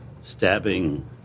stabbing